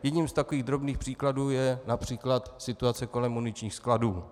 Jedním z takových drobných příkladů je např. situace kolem muničních skladů.